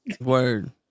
Word